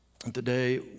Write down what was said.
Today